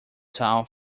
town